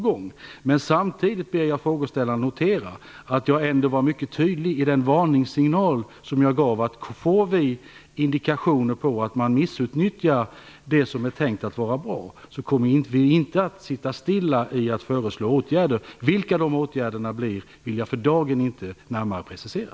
Jag ber samtidigt frågeställaren notera att jag var mycket tydlig i den varningssignal som jag gav när jag sade att om vi får indikationer på att man missbrukar det som är tänkt att vara bra kommer vi inte att underlåta att föreslå åtgärder. Vilka de åtgärderna blir vill jag för dagen inte närmare precisera.